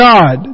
God